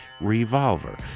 revolver